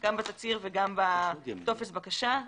גם בתצהיר וגם בטופס הבקשה.